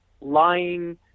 lying